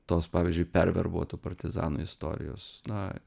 tos pavyzdžiui perverbuotų partizanų istorijos na